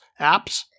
apps